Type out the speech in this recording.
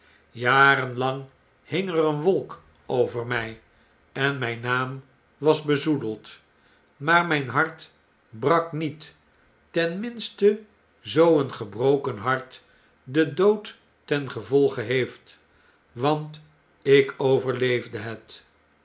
jarenlang hing er een wolk over my en mijn naam was bezoedeld maar mgn hart brak niet ten minste zoo een gebroken hart den dood ten gevolge heeft want ik overleefde het